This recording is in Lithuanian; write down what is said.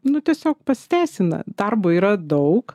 nu tiesiog pasiteisina darbo yra daug